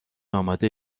آماده